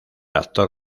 actor